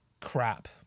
crap